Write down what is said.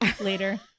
later